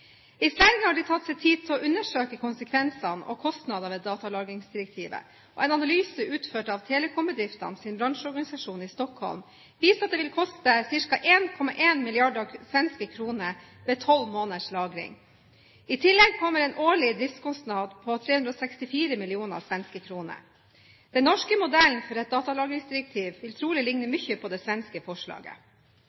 I Sverige har de tatt seg tid til å undersøke konsekvensene og kostnadene ved datalagringsdirektivet. En analyse utført av telekombedriftenes bransjeorganisasjon i Stockholm viser at det vil koste ca. 1,1 mrd. svenske kroner ved tolv måneders lagring. I tillegg kommer en årlig driftskostnad på 364 mill. svenske kroner. Den norske modellen for et datalagringsdirektiv vil trolig